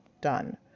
done